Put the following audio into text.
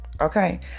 okay